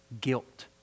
guilt